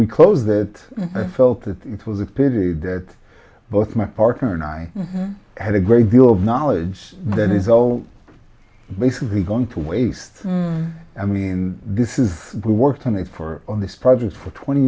we closed that i felt that it was a pity that both my partner nine had a great deal of knowledge that is all basically going to waste i mean this is we worked on it for on this project for twenty